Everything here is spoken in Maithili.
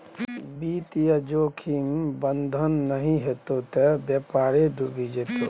वित्तीय जोखिम प्रबंधन नहि हेतौ त बेपारे डुबि जेतौ